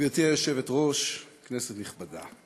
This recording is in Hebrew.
גברתי היושבת-ראש, כנסת נכבדה,